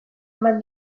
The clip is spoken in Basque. eman